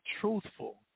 truthful